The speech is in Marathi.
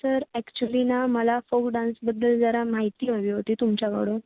सर ॲक्च्युली ना मला फोक डान्सबद्दल जरा माहिती हवी होती तुमच्याकडून